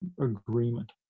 agreement